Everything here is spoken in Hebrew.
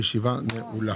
הישיבה נעולה.